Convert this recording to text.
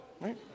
right